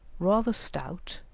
rather stout,